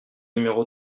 numéro